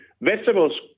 vegetables